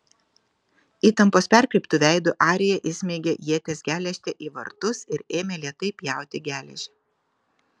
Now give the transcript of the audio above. įtampos perkreiptu veidu arija įsmeigė ieties geležtę į vartus ir ėmė lėtai pjauti geležį